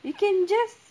you can just